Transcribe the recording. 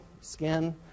skin